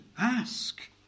ask